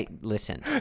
Listen